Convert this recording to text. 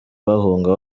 bahunga